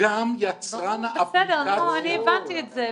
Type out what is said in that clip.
גם יצרן אפליקציה --- בסדר, אני הבנתי את זה.